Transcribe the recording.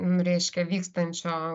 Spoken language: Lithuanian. reiškia vykstančio